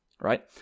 right